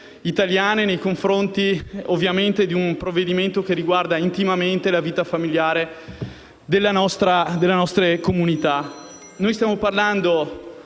italiane nei confronti di un provvedimento che riguarda intimamente la vita familiare delle nostre comunità. Stiamo parlando